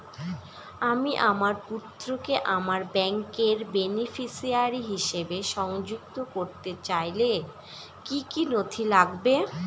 আমি আমার পুত্রকে আমার ব্যাংকের বেনিফিসিয়ারি হিসেবে সংযুক্ত করতে চাইলে কি কী নথি লাগবে?